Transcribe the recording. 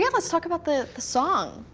yeah let's talk about the the song.